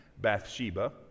Bathsheba